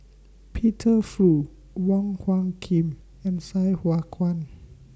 Peter Fu Wong Hung Khim and Sai Hua Kuan